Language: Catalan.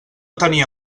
tenia